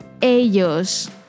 Ellos